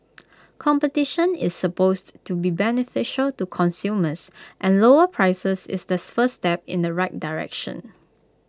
competition is supposed to be beneficial to consumers and lower prices is the first step in the right direction